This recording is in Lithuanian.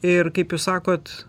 ir kaip jūs sakot